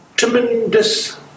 tremendous